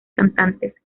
cantantes